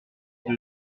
luxe